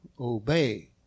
obey